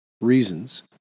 reasons